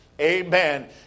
Amen